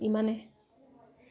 ইমানে